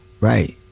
Right